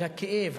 על הכאב,